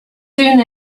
soon